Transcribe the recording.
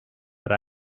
but